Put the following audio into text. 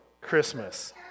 Christmas